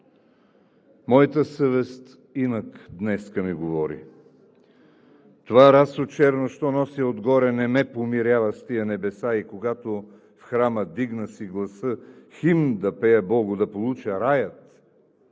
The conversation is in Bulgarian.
Мойта съвест инак днеска ми говори. Това расо черно, що нося отгоре, не ме помирява с тия небеса и когато в храма дигна си гласа химн да пея Богу, да получа раят,